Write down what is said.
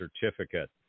certificate